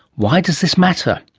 why does this matter?